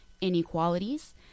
inequalities